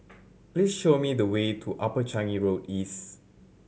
please show me the way to Upper Changi Road East